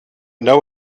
know